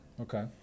Okay